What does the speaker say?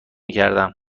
کردم